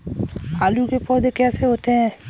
आलू के पौधे कैसे होते हैं?